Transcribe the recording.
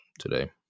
Today